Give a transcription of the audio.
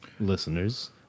listeners